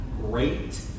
great